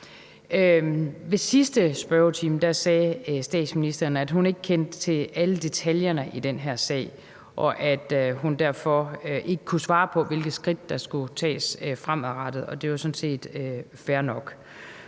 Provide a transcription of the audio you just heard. I sidste spørgetime sagde statsministeren, at hun ikke kendte til alle detaljerne i den her sag, og at hun derfor ikke kunne svare på, hvilke skridt der skulle tages fremadrettet. Og det er jo sådan set fair nok.